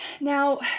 Now